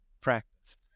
practice